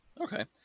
Okay